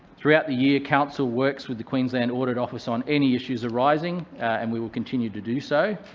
throughout the year council works with the queensland audit office on any issues arising, and we will continue to do so.